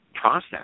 process